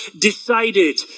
decided